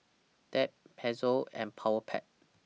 Tempt Pezzo and Powerpac